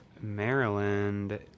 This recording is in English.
Maryland